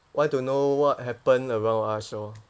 want to know what happen around us lor